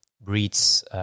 breeds